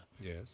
Yes